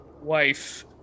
wife